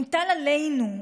מוטל עלינו,